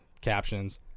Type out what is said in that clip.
captions